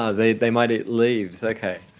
ah they they might eat leaves, okay,